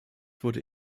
wurde